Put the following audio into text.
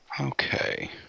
Okay